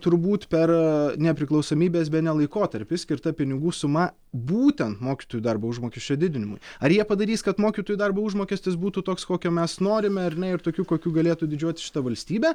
turbūt per nepriklausomybės bene laikotarpį skirta pinigų suma būtent mokytojų darbo užmokesčio didinimui ar jie padarys kad mokytojų darbo užmokestis būtų toks kokio mes norime ar ne ir tokiu kokiu galėtų didžiuotis šita valstybė